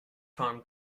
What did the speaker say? farm